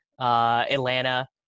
Atlanta